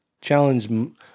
Challenge